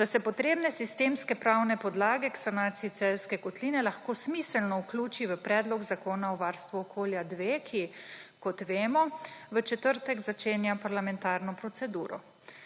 da se potrebne sistemske pravne podlage k sanaciji Celjske kotline lahko smiselno vključi v Predlog zakona o varstvu okolja-2, ki kot vemo, v četrtek začenja parlamentarno proceduro.